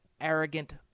arrogant